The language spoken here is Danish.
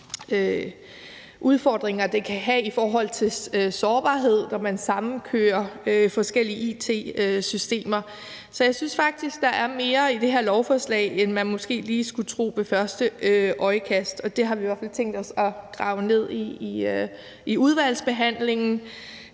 udfordringer, det kan have i forhold til sårbarhed, når man sammenkører forskellige it-systemer. Så jeg synes faktisk, at der er mere i det her lovforslag, end man måske lige skulle tro ved første øjekast, og det har vi i hvert fald tænkt os at grave ned i i udvalgsbehandlingen.